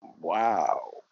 Wow